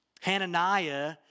Hananiah